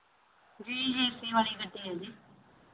ਜੀ ਜੀ A C ਵਾਲੀ ਗੱਡੀ ਹੈ ਜੀ